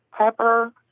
pepper